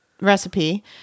recipe